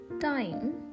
time